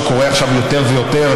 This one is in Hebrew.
שקורים עכשיו יותר ויותר,